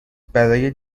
برای